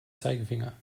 zeigefinger